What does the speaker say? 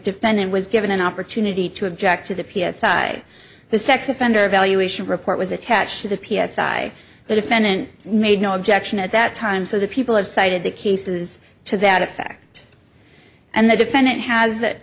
defendant was given an opportunity to object to the p s i i the sex offender evaluation report was attached to the p s i i the defendant made no objection at that time so the people have cited the cases to that effect and the defendant has it